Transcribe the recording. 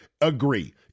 agree